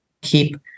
keep